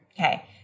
Okay